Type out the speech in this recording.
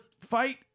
fight